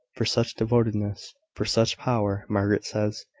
for such devotedness, for such power. margaret says,